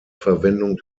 verwendung